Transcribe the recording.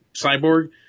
Cyborg